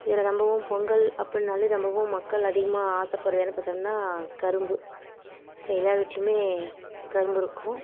இதில் ரொம்பவும் பொங்கல் அப்பிடின்னாலே ரொம்பவும் மக்கள் அதிகமாக ஆசைப்பட்றது என்னனு பார்த்தோம்னா கரும்பு ஸோ எல்லார் வீட்லேயுமே கரும்பு இருக்கும்